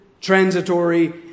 transitory